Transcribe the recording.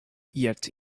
yet